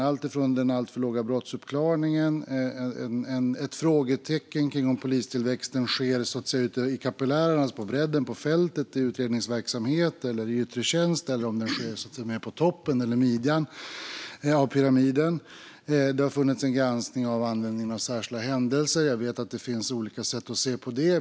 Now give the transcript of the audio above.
Vi har den alltför låga brottsuppklaringen, och det finns frågetecken kring om polistillväxten sker ute i kapillärerna, så att säga - på bredden, på fältet, i utredningsverksamhet eller i yttre tjänst - eller om den sker mer på toppen eller midjan av pyramiden. Det har gjorts en granskning av användningen av särskilda händelser. Jag vet att det finns olika sätt att se på det.